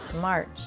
March